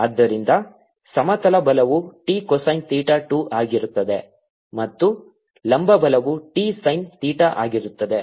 ಆದ್ದರಿಂದ ಸಮತಲ ಬಲವು t ಕೊಸೈನ್ ಥೀಟಾ 2 ಆಗಿರುತ್ತದೆ ಮತ್ತು ಲಂಬ ಬಲವು t ಸೈನ್ ಥೀಟಾ ಆಗಿರುತ್ತದೆ